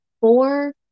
four